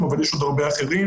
אני אומר לכם דבר אחד.